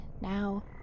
now